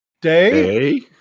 Day